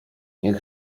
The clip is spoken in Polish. niech